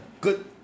Good